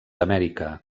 amèrica